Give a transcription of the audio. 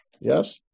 yes